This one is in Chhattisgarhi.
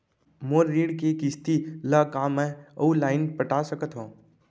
मोर ऋण के किसती ला का मैं अऊ लाइन पटा सकत हव?